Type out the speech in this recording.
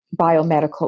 biomedical